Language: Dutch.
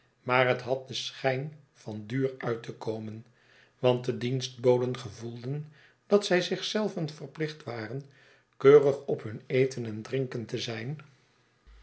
maar het had den schijn van duur uit te komen want de dienstboden gevoelden dat zij zich zelven verplicht waren keurig op hun eten en drinken te zijn